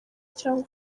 cyangwa